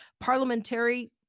parliamentary